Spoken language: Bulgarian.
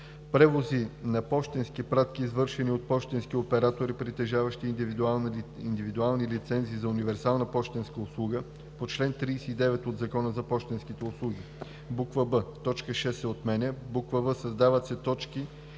превози на пощенски пратки, извършвани от пощенски оператори, притежаващи индивидуални лицензи за универсална пощенска услуга по чл. 39 от Закона за пощенските услуги;“ б) точка 6 се отменя; в) създават се т.